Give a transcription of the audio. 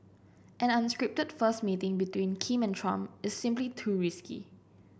an unscripted first meeting between Kim and Trump is simply too risky